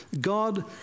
God